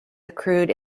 accrued